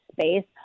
space